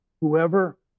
whoever